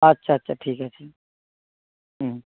আচ্ছা আচ্ছা ঠিক আছে হুম